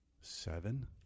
Seven